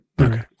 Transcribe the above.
Okay